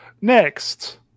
Next